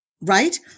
Right